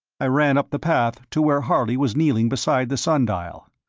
i ran up the path to where harley was kneeling beside the sun-dial.